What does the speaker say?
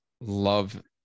love